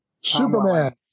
Superman